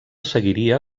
seguiria